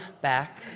back